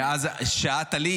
כשאת עלית,